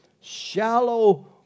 shallow